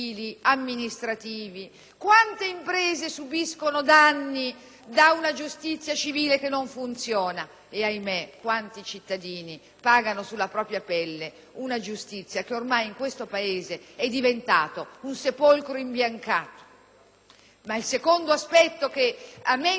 e, ahimè, quanti cittadini pagano sulla propria pelle una giustizia che ormai in questo Paese è diventata un sepolcro imbiancato? Il secondo aspetto che a me interessa mettere in evidenza, forse ancora di più nell'ambito di questa discussione, è che